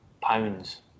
pounds